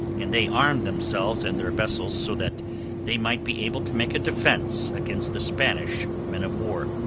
and they armed themselves and their vessels so that they might be able to make a defence against the spanish men-of-war.